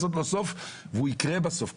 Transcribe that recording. והוא יקרה בסוף,